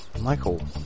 Michael